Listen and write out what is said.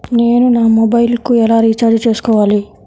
నేను నా మొబైల్కు ఎలా రీఛార్జ్ చేసుకోవాలి?